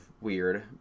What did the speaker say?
weird